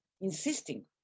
insisting